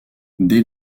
dès